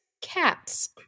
Cats